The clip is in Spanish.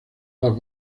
las